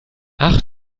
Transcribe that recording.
ach